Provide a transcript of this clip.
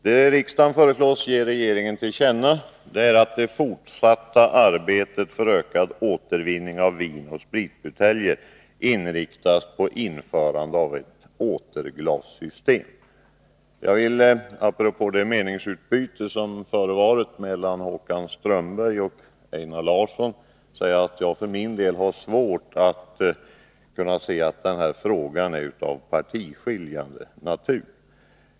Det riksdagen föreslås ge regeringen till känna är att det fortsatta arbetet för ökad återvinning av vinoch spritbuteljer inriktas på införande av ett återglassystem. Jag vill, apropå det meningsutbyte som förevarit mellan Håkan Strömberg och Einar Larsson, säga att jag för min del har svårt att se att denna fråga är av partiskiljande natur.